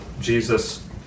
Jesus